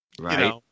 Right